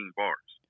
bars